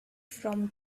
from